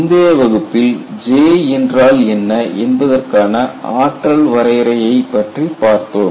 முந்தைய வகுப்பில் J என்றால் என்ன என்பதற்கான ஆற்றல் வரையறையைப் பற்றி பார்த்தோம்